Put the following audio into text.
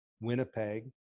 Winnipeg